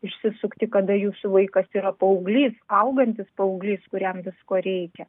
išsisukti kada jūsų vaikas yra paauglys augantis paauglys kuriam visko reikia